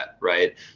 right